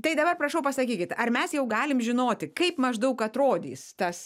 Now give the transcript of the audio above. tai dabar prašau pasakykit ar mes jau galim žinoti kaip maždaug atrodys tas